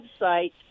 website